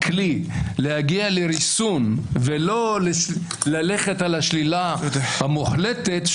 כלי להגיע לריסון ולא ללכת על השלילה המוחלטת,